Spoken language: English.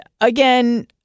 again